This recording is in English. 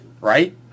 right